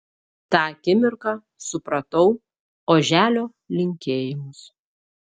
tą akimirką supratau oželio linkėjimus